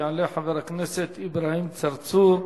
יעלה חבר הכנסת אברהים צרצור,